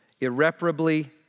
irreparably